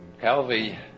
Calvi